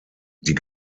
die